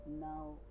now